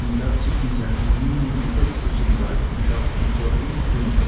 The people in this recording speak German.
und als sich in seinen mienen die häßlichen leidenschaften verrieten